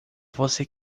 você